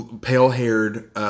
pale-haired